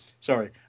Sorry